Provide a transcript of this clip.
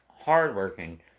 hardworking